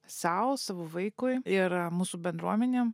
sau savo vaikui ir mūsų bendruomenėm